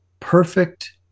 perfect